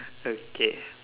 okay